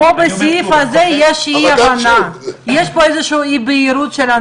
הוא יעודד הליכתיות, איכות חיים טובה